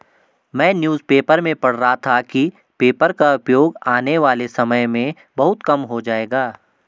मैं newspaper में पढ़ रहा था कि पेपर का उपयोग आने वाले समय में बहुत कम हो जाएगा